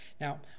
Now